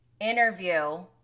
interview